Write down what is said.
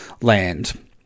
land